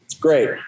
Great